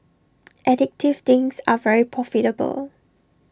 addictive things are very profitable